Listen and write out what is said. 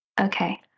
Okay